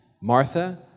Martha